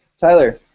tyler?